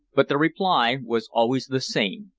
but the reply was always the same.